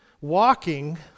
walking